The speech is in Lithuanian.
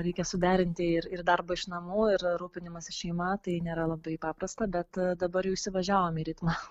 reikia suderinti ir ir darbą iš namų ir rūpinimąsi šeima tai nėra labai paprasta bet dabar jau įsivažiavom į ritmą